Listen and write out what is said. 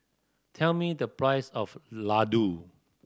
tell me the price of laddu